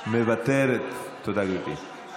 מוותרת, תודה, גברתי.